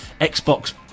Xbox